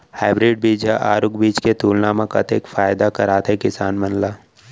Hybrid बीज हा आरूग बीज के तुलना मा कतेक फायदा कराथे किसान मन ला?